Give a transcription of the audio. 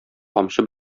камчы